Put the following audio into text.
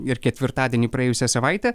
ir ketvirtadienį praėjusią savaitę